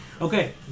Okay